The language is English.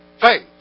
Faith